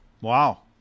Wow